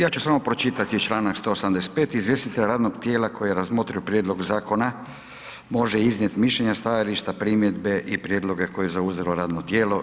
Ja ću samo pročitati čl. 185. izvjestitelja radnog tijela koji je razmotrio prijedlog zakona može iznijet mišljenja, stajališta, primjedbe i prijedloge koje je zauzelo radno tijelo.